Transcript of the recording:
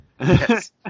Yes